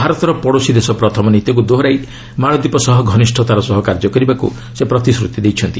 ଭାରତର 'ପଡ଼ୋଶୀ ଦେଶ ପ୍ରଥମ' ନୀତିକୁ ଦୋହରାଇ ମାଳଦୀପ ସହ ଘନିଷ୍ଠତାର ସହ କାର୍ଯ୍ୟ କରିବାକୁ ସେ ପ୍ରତିଶ୍ରତି ଦେଇଛନ୍ତି